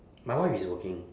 my wife is working